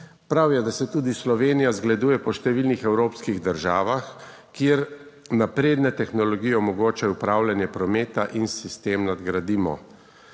Prav je, da se tudi Slovenija zgleduje po številnih evropskih državah, kjer napredne tehnologije omogočajo upravljanje prometa in sistem nadgradimo.